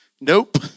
Nope